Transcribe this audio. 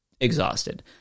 exhausted